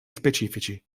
specifici